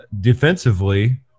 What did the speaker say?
defensively